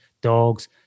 dogs